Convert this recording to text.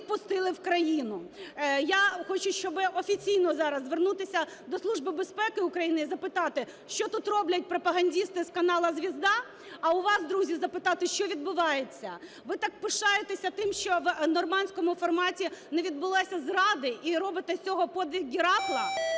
впустили в країну. Я хочу офіційно зараз звернутися до Служби безпеки України і запитати: що тут роблять пропагандисти з каналу "Звезда"? А у вас друзі запитати: що відбувається? Ви так пишаєтеся тим, що у "нормандському форматі" не відбулося зради і робите з цього "подвиг Геракла",